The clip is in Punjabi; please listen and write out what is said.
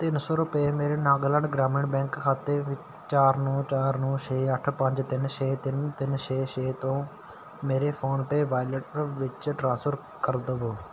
ਤਿੰਨ ਸੌ ਰੁਪਏ ਮੇਰੇ ਨਾਗਾਲੈਂਡ ਗ੍ਰਾਮੀਣ ਬੈਂਕ ਖਾਤੇ ਵਿੱ ਚਾਰ ਨੌ ਚਾਰ ਨੌ ਛੇ ਅੱਠ ਪੰਜ ਤਿੰਨ ਛੇ ਤਿੰਨ ਤਿੰਨ ਛੇ ਛੇ ਤੋਂ ਮੇਰੇ ਫੋਨਪੇ ਵਾਲਿਟ ਵਿੱਚ ਟ੍ਰਾਂਸਫਰ ਕਰ ਦੇਵੋ